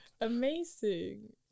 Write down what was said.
Amazing